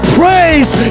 praise